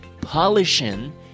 polishing